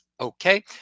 Okay